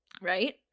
Right